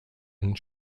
and